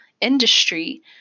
industry